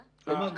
כלומר,